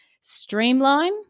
Streamline